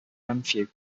renfrew